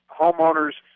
homeowners